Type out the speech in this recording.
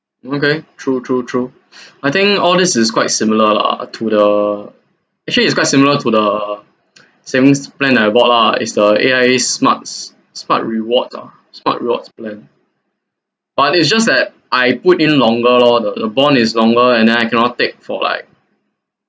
mm okay true true true I think all this is quite similar lah to the actually it's quite similar to the savings plan I bought lah is the A_I_A smarts smarts reward ah smart rewards plan but it's just that I put in longer lor the the bond is longer and then I cannot take for like